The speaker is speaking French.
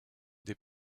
des